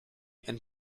and